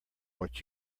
what